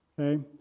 Okay